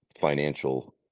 financial